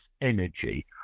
energy